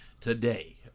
today